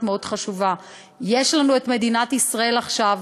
מאוד חשובה: יש לנו מדינת ישראל עכשיו,